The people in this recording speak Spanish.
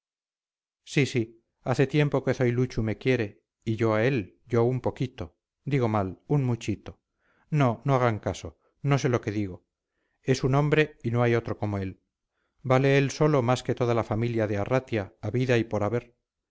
hace tiempo que zoiluchu me quiere y yo a él yo un poquito digo mal un muchito no no hagan caso no sé lo que digo es un hombre y no hay otro como él vale él solo más que toda la familia de arratia habida y por haber